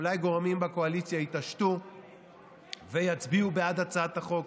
אולי גורמים בקואליציה יתעשתו ויצביעו בעד הצעת החוק.